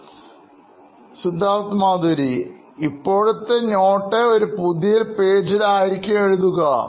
Siddharth Maturi CEO Knoin Electronics ഇപ്പോഴത്തെ നോട് ഒരു പുതിയ പേജിൽ ആയിരിക്കും എഴുതുക